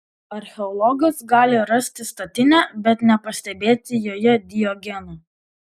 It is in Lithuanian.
archeologas gali rasti statinę bet nepastebėti joje diogeno